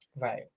Right